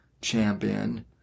champion